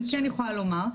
אני כן יכולה לומר,